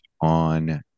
on